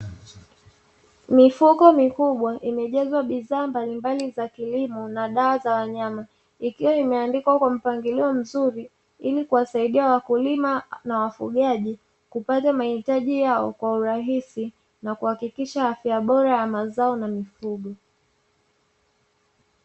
Mifuko mikubwa imejazwa bidhaa mbalimbali za kilimo na dawa za wanyama, ikiwa imeandikwa kwa mpangilio mzuri ili kuwasaidia wakulima na wafugaji kupata mahitaji yao kwa urahisi na kuhakikisha afya bora ya mazao na mifugo.